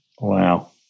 Wow